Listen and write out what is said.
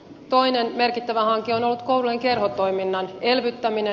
toinen merkittävä hanke on ollut koulujen kerhotoiminnan elvyttäminen